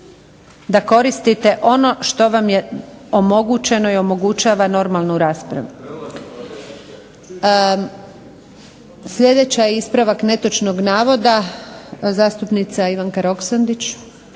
da koristite ono što vam je omogućeno i omogućava normalnu raspravu. Sljedeći ispravak netočnog navoda, zastupnica Ivanka Roksandić.